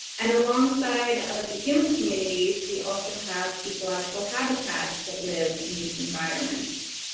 and alongside of the human communities, we also have ecological habitats that live in these environments.